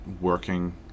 working